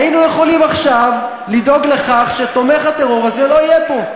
היינו יכולים עכשיו לדאוג לכך שתומך הטרור הזה לא יהיה פה.